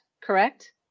correct